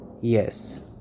yes